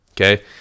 okay